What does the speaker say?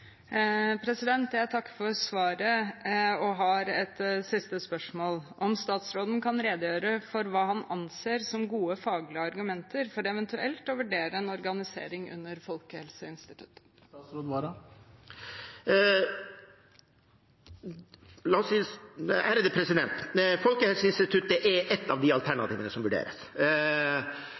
Jeg takker for svaret og har ett siste spørsmål: Kan statsråden redegjøre for hva han anser som gode faglige argumenter for eventuelt å vurdere en organisering under Folkehelseinstituttet? Folkehelseinstituttet er ett av de alternativene som vurderes.